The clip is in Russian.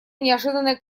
неожиданная